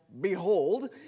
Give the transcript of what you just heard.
behold